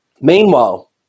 Meanwhile